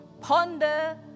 Ponder